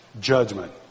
judgment